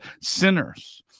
sinners